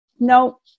no